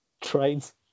Trains